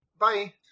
Bye